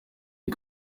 iyi